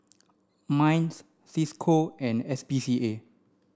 MINDS Cisco and S P C A